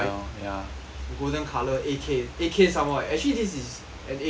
golden colour A_K A_K some more eh actually this is an A_K you know